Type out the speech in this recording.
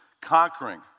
conquering